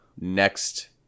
next